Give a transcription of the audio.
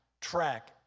track